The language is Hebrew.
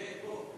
כן.